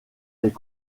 est